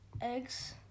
eggs